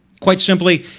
quite simply,